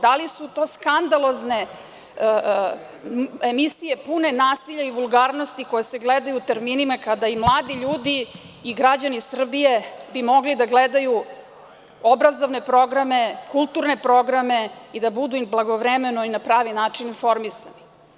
Da li su to skandalozne emisije pune nasilja i vulgarnosti koje se gledaju u terminima kada i mladi ljudi i građani Srbije bi mogli da gledaju obrazovne programe, kulturne programe i da budu i blagovremeno i na pravi način informisani?